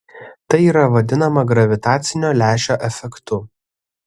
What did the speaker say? tai yra vadinama gravitacinio lęšio efektu